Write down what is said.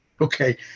okay